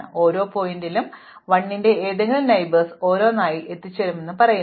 അതിനാൽ ഓരോ ശീർഷകത്തിലും 1 ന്റെ ഏതെങ്കിലും അയൽക്കാരനെ ഓരോന്നായി എത്തിച്ചേരാമെന്ന് ഞങ്ങൾ പറയും